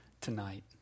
tonight